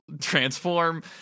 transform